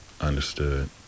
Understood